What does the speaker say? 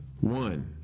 one